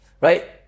Right